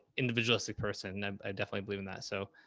individualistic person. i definitely believe in that. so,